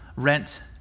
rent